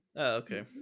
okay